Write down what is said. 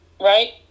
right